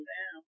down